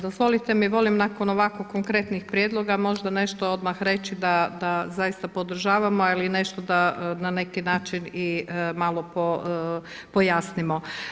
Dozvolite mi, volim nakon ovako konkretnih prijedloga možda nešto odmah reći da zaista podržavamo, ali nešto da na neki način malo i pojasnimo.